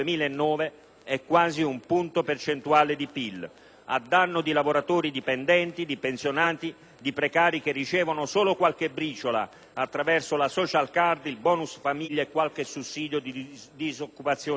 quasi un punto percentuale di PIL, a danno di lavoratori dipendenti, di pensionati e di precari, che ricevono solo qualche briciola attraverso la *social card*, il *bonus* famiglia e qualche sussidio disoccupazione in deroga.